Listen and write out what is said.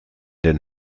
den